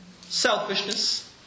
Selfishness